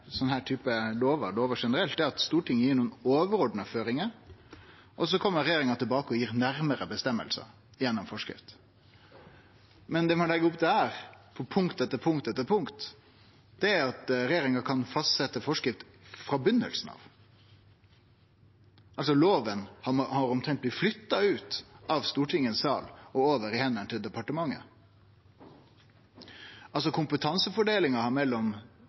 er at Stortinget gir nokre overordna føringar, og så kjem regjeringa tilbake og gir nærmare føresegner gjennom forskrift. Men det ein legg opp til her, på punkt etter punkt etter punkt, er at regjeringa kan fastsetje forskrift frå byrjinga av. Loven har omtrent blitt flytta ut av stortingssalen og over i hendene til departementet. Kompetansefordelinga mellom